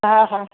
हा हा